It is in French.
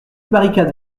barricade